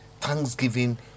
Thanksgiving